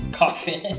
coffin